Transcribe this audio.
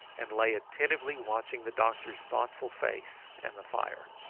and lay attentively watching the doctor's thoughtful face and the fire.